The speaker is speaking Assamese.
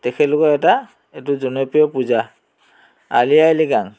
তেখেতলোকৰ এটা এইটো জনপ্ৰিয় পূজা আলি আই লৃগাং